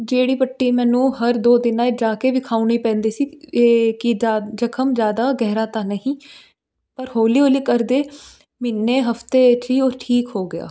ਜਿਹੜੀ ਪੱਟੀ ਮੈਨੂੰ ਹਰ ਦੋ ਦਿਨਾਂ ਜਾ ਕੇ ਵਿਖਾਉਣੀ ਪੈਂਦੀ ਸੀ ਇਹ ਕੀ ਜ਼ਿ ਜ਼ਖਮ ਜਿਆਦਾ ਗਹਿਰਾ ਤਾਂ ਨਹੀਂ ਪਰ ਹੌਲੀ ਹੌਲੀ ਕਰਦੇ ਮਹੀਨੇ ਹਫਤੇ ਠੀ ਉਹ ਠੀਕ ਹੋ ਗਿਆ